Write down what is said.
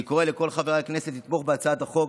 אני קורא לכל חברי הכנסת לתמוך בהצעת החוק